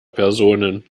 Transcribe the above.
personen